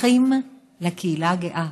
ששייכים לקהילה הגאה,